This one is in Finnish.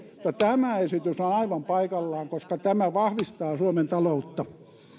tämä esitys on aivan paikallaan koska tämä vahvistaa suomen taloutta